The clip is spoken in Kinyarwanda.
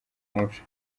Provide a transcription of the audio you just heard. umuco